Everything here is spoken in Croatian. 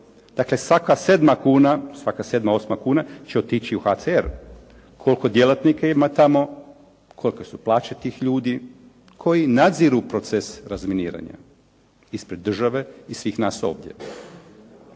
kuna. Dakle, svaka sedma kuna će otići u HCR. Koliko djelatnika ima tamo? Kolike su plaće tih ljudi koji nadziru proces razminiranja ispred države i svih nas ovdje?